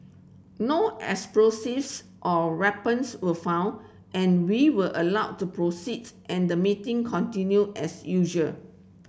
no explosives or weapons were found and we were allowed to proceed and the meeting continued as usual